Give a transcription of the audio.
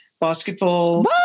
basketball